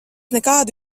nekādu